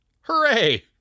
Hooray